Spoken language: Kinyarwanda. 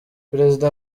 perezida